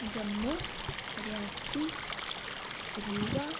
Jammu Reasi Kathua